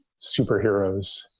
superheroes